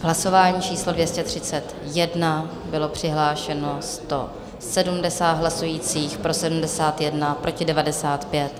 Hlasování číslo 231, bylo přihlášeno 170 hlasujících, pro 71, proti 95.